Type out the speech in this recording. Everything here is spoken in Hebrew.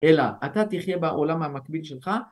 אלא אתה תחיה בעולם המקביל שלך